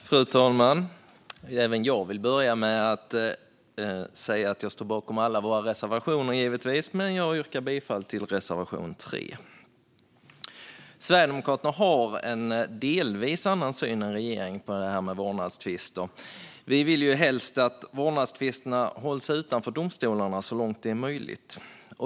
Fru talman! Även jag vill börja med att säga att jag givetvis står bakom alla våra reservationer. Jag yrkar dock bifall endast till reservation 3. Sverigedemokraterna har en delvis annan syn än regeringen på vårdnadstvister. Vi vill helst att vårdnadstvisterna hålls utanför domstolorna så långt det är möjligt.